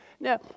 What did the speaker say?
Now